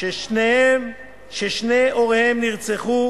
ששני הוריהם נרצחו